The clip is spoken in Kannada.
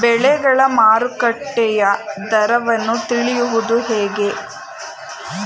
ಬೆಳೆಗಳ ಮಾರುಕಟ್ಟೆಯ ದರವನ್ನು ತಿಳಿಯುವುದು ಹೇಗೆ?